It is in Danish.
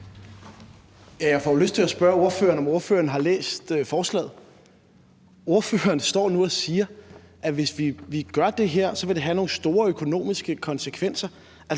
Jeg får jo lyst til at spørge ordføreren, om ordføreren har læst forslaget. Ordføreren står nu og siger, at hvis vi gør det her, så vil det have nogle store økonomiske konsekvenser.